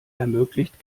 ermöglicht